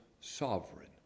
sovereign